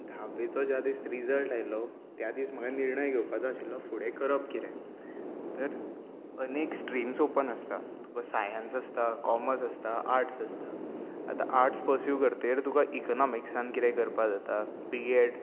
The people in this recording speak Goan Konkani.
धावेचो ज्या दिस रिजल्ट आयलो त्या दिस म्हाका निर्णय घेवपाचो आशिल्लो फुडें करप कितें तर अनेक स्ट्रिम्स ओपन आसता तुका सायेन्स आसता कॉमर्स आसता आर्ट्स आसता आता आर्ट्स परस्यू करतकीत तुका इकोनोमिक्सांत कितेंय करपाक जाता बी एड